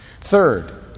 Third